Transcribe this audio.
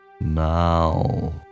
now